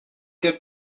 der